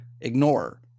ignore